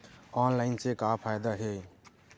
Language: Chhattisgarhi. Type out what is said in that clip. ऑनलाइन से का फ़ायदा हे?